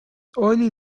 oily